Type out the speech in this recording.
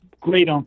Great